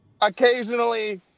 occasionally